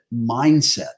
mindset